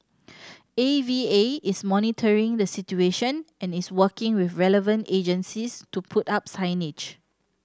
A V A is monitoring the situation and is working with relevant agencies to put up signage